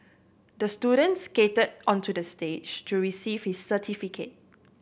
the student skated onto the stage to receive his certificate